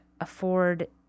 afford